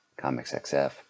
ComicsXF